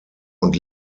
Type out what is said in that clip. und